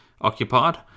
occupied